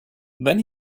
then